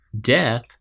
death